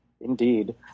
Indeed